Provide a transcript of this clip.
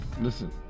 listen